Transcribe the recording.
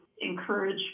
encourage